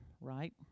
right